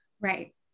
Right